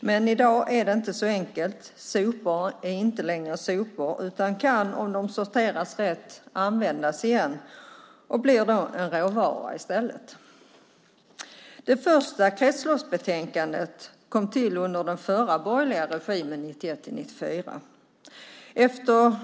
Men i dag är det inte så enkelt. Sopor är inte längre sopor utan kan om de sorteras rätt användas igen och i stället bli en råvara. Det första kretsloppsbetänkandet kom till under den förra borgerliga regimen 1991-1994.